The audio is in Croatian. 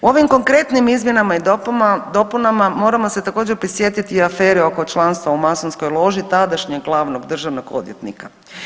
Ovim konkretnim izmjenama i dopunama moramo se također prisjetiti afere oko članstva u masonskoj loži tadašnjeg glavnog državnog odvjetnika.